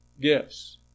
gifts